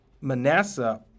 Manasseh